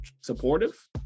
supportive